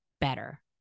better